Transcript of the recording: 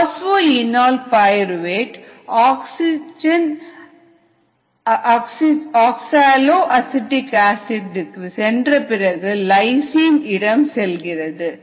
பாஸ்போ இனால் pyruvate oxaloacetic acid க்கு சென்றபிறகு lysine இடம் செல்கிறது